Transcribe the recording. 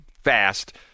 fast